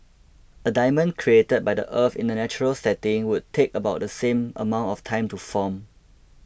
a diamond created by the earth in a natural setting would take about the same amount of time to form